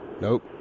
Nope